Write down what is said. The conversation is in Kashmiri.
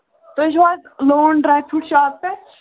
تُہۍ چھِو حظ لون ڈرٛاے فرٛوٗٹ شاپ پٮ۪ٹھ